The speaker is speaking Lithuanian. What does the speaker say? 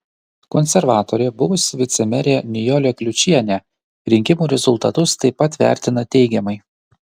konservatorė buvusi vicemerė nijolė kliučienė rinkimų rezultatus taip pat vertina teigiamai